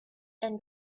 and